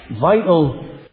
vital